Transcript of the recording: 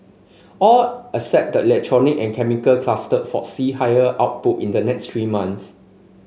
all except the electronic and chemical cluster foresee higher output in the next three months